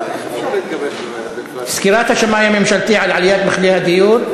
בנושא: סקירת השמאי הממשלתי על עליית מחירי הדיור,